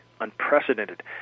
unprecedented